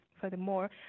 furthermore